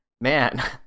Man